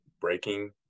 breaking